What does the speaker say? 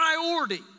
priority